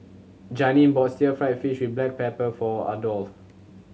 Janeen bought Stir Fry fish black pepper for Adolf